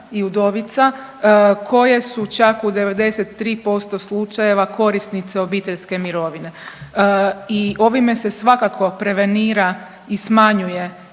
koje su čak u 93% slučajeva korisnice obiteljske mirovine. I ovime se svakako prevenira i smanjuje